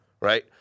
right